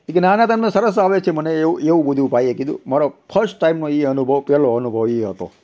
એ કહે ના ના તમને સરસ આવડે છે મને એવું એવું બધું ભાઈએ કીધું મારો ફર્સ્ટ ટાઈમનો એ અનુભવ પહેલો અનુભવ એ હતો